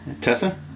Tessa